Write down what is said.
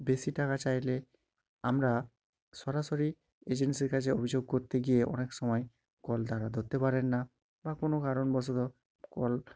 বেশি টাকা চাইলে আমরা সরাসরি এজেন্সির কাছে অভিযোগ করতে গিয়ে অনেক সময় কল তারা ধরতে পারেন না বা কোনো কারণবশত কল